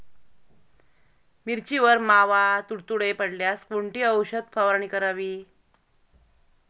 मिरचीवर मावा, तुडतुडे पडल्यास कोणती औषध फवारणी करावी?